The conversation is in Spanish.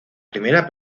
primera